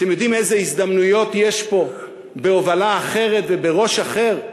אתם יודעים איזה הזדמנויות יש פה בהובלה אחרת ובראש אחר?